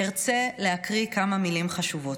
ארצה להקריא כמה מילים חשובות.